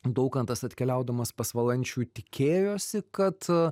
daukantas atkeliaudamas pas valančių tikėjosi kad